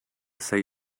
say